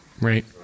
right